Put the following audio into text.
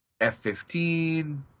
F-15